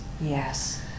Yes